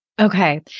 Okay